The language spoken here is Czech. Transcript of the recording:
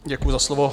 Děkuji za slovo.